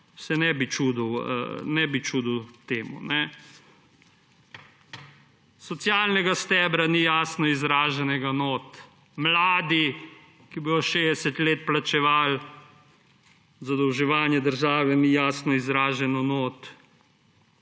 se ne bi čudil temu. Socialnega stebra notri ni jasno izraženega. O mladih, ki bodo 60 let plačevali zadolževanje države, ni jasno izraženo.